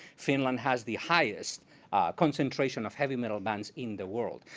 finland has the highest concentration of heavy metal bands in the world.